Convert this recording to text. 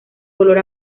color